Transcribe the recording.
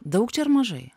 daug čia ar mažai